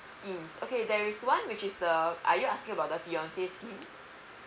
scheme okay there is one which is the you asking about the fiancé scheme